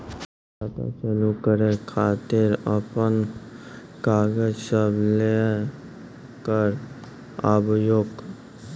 खाता चालू करै खातिर आपन कागज सब लै कऽ आबयोक?